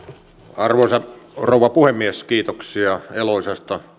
arvoisa rouva puhemies kiitoksia eloisasta